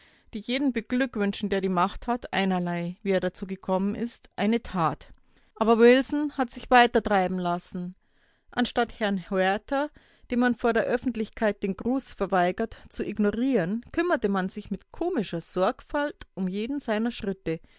die jeden beglückwünschen der die macht hat einerlei wie er dazu gekommen ist eine tat aber wilson hat sich weitertreiben lassen anstatt herrn huerta dem man vor der öffentlichkeit den gruß verweigerte zu ignorieren kümmerte man sich mit komischer sorgfalt um jeden seiner schritte